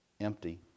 empty